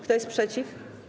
Kto jest przeciw?